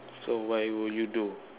so why would you do